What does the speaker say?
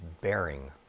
bearing